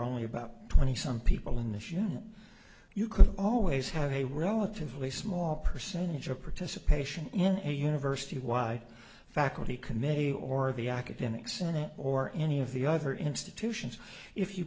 only about twenty some people in this unit you could always have a relatively small percentage of participation in a university wide faculty committee or the academic senate or any of the other institutions if you